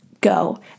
go